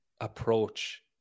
approach